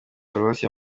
paruwasi